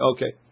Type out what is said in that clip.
Okay